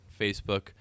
Facebook